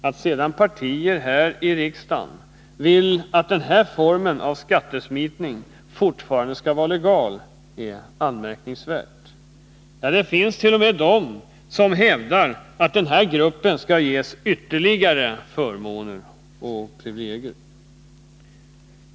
Att sedan partier här i riksdagen vill att denna form av skattesmitning fortfarande skall vara legal är anmärkningsvärt. Det finns t.o.m. de som hävdar att denna grupp skall ges ytterligare förmåner och privilegier.